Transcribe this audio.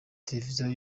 televiziyo